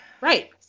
Right